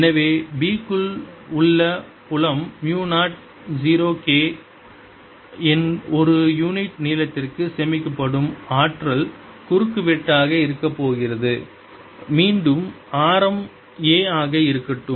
எனவே B க்குள் உள்ள புலம் மு 0 K ஒரு யூனிட் நீளத்திற்கு சேமிக்கப்படும் ஆற்றல் குறுக்குவெட்டாக இருக்கப்போகிறது மீண்டும் ஆரம் a ஆக இருக்கட்டும்